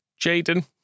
Jaden